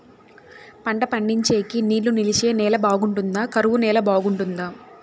పంట పండించేకి నీళ్లు నిలిచే నేల బాగుంటుందా? కరువు నేల బాగుంటుందా?